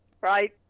Right